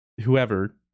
whoever